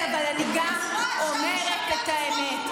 הם יכבידו את הנטל,